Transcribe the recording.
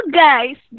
guys